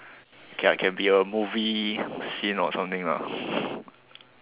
k lah can be a movie scene or something lah